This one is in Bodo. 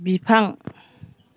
बिफां